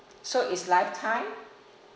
so it's lifetime